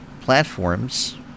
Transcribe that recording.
platforms